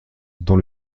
dans